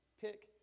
pick